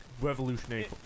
revolutionary